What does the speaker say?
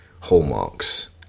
hallmarks